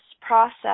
process